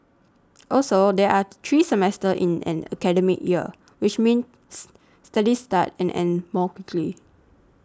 also there are three semesters in an academic year which means studies start and end more quickly